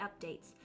updates